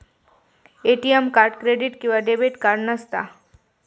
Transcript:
ATM card credit किंवा debit card नसता